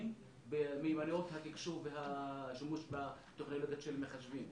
במיומנויות התקשוב והשימוש בתוכניות של מחשבים.